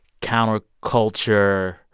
counterculture